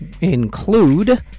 include